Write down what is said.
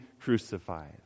crucified